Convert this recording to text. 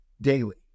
daily